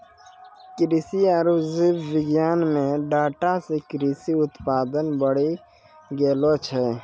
कृषि आरु जीव विज्ञान मे डाटा से कृषि उत्पादन बढ़ी गेलो छै